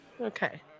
Okay